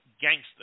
gangster